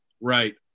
right